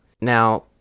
Now